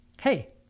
Hey